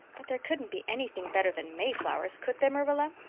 but there couldn't be anything better than mayflowers, could there, marilla?